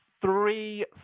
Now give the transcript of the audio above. three